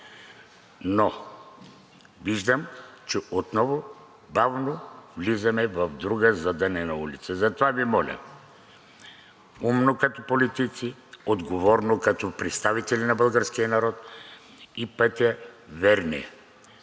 Но виждам, че отново бавно влизаме в друга задънена улица. Затова Ви моля – умно като политици, отговорно като представители на българския народ и пътя, верния.